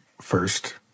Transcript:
First